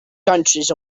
countries